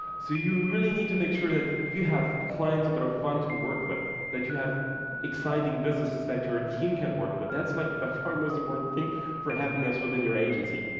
so you really need to make sure that you have clients that are fun to work with, that you have exciting businesses, that your team can work with. that's like by far most important thing for happiness within your agency.